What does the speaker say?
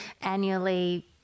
annually